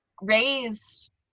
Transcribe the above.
raised